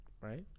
Right